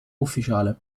ufficiale